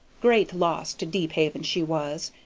great loss to deephaven, she was.